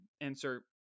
Insert